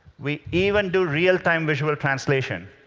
we even do realtime visual translation.